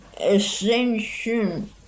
ascension